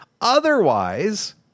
otherwise